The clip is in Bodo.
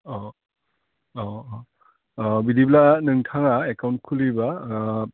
अह अह अह बिदिब्ला नोंथाङा एकाउन्ट खुलिबा